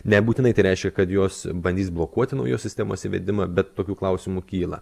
nebūtinai tai reiškia kad jos bandys blokuoti naujos sistemos įvedimą bet tokių klausimų kyla